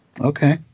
Okay